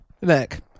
Look